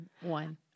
one